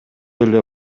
эле